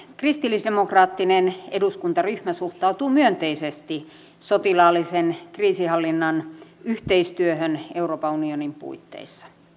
kristillisdemokraattinen eduskuntaryhmä suhtautuu myönteisesti sotilaallisen kriisinhallinnan yhteistyöhön euroopan unionin puitteissa